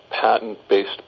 patent-based